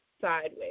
sideways